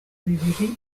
bibiri